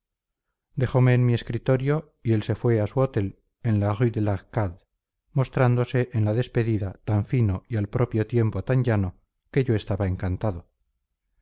dejome en mi escritorio y él se fue a su hotel en la rue de l'arcade mostrándose en la despedida tan fino y al propio tiempo tan llano que yo estaba encantado